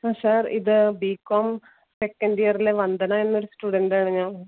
ആ സർ ഇത് B com second ഇയറിലെ വന്ദന എന്നൊരു സ്റ്റുഡൻറ് ആണ് ഞാൻ